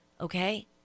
okay